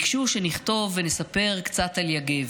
ביקשו שנכתוב ונספר קצת על יגב.